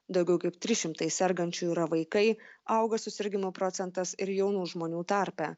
daugiau kaip trys šimtai sergančių yra vaikai auga susirgimų procentas ir jaunų žmonių tarpe